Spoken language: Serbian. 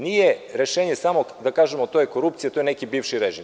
Nije rešenje samo da kažemo – to je korupcija, to je neki bivši režim.